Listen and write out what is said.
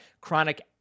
chronic